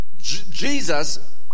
Jesus